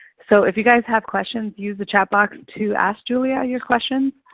so if you guys have questions use the chat box to ask julia your questions.